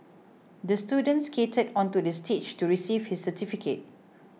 the student skated onto the stage to receive his certificate